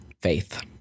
faith